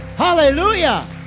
Hallelujah